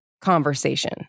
conversation